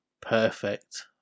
perfect